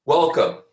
Welcome